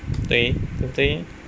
对对不对